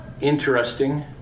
interesting